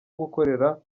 gukorera